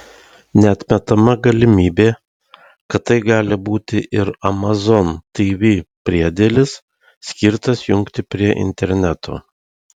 neatmetama galimybė kad tai gali būti ir amazon tv priedėlis skirtas jungti prie interneto